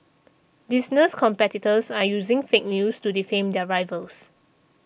business competitors are using fake news to defame their rivals